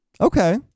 Okay